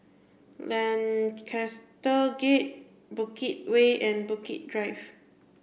Lancaster Gate Bukit Way and Bukit Drive